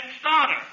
starter